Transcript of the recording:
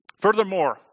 Furthermore